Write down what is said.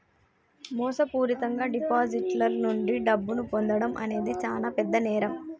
మోసపూరితంగా డిపాజిటర్ల నుండి డబ్బును పొందడం అనేది చానా పెద్ద నేరం